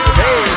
hey